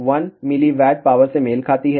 0 dBm 1 mW power से मेल खाती है